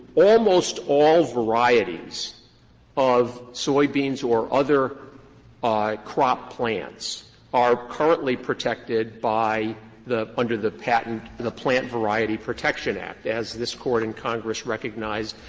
almost all varieties of soybeans or other crop plants are currently protected by the under the patent the plant variety protection act. as this court and congress recognized,